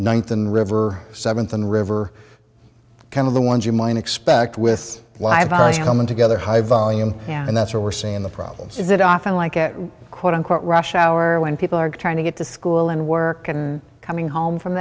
nineteen river seventh and river kind of the ones you might expect with live ice coming together high volume and that's what we're seeing the problem is that often like a quote unquote rush hour when people are trying to get to school and work and coming home from